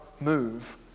move